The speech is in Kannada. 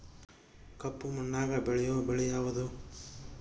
ಕಪ್ಪು ಮಣ್ಣಾಗ ಬೆಳೆಯೋ ಬೆಳಿ ಯಾವುದು?